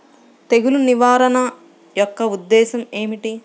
తెగులు నిర్వహణ యొక్క ఉద్దేశం ఏమిటి?